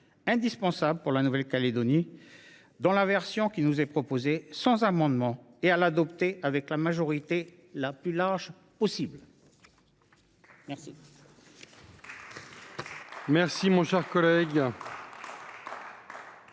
indispensable pour la Nouvelle Calédonie, dans la version qui nous est proposée par la commission et à l’adopter avec la majorité la plus large possible. La